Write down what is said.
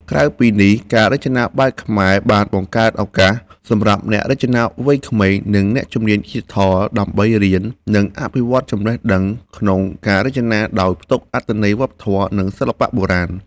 ក្រៅពីនេះ ការរចនាបែបខ្មែរបានបង្កើតឱកាសសម្រាប់អ្នករចនាវ័យក្មេង និងអ្នកជំនាញឌីជីថល ដើម្បីរៀន និងអភិវឌ្ឍចំណេះដឹងក្នុងការរចនាដោយផ្ទុកអត្ថន័យវប្បធម៌ និងសិល្បៈបុរាណ។